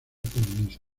feminista